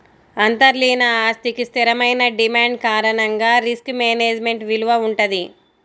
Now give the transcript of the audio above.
అంతర్లీన ఆస్తికి స్థిరమైన డిమాండ్ కారణంగా రిస్క్ మేనేజ్మెంట్ విలువ వుంటది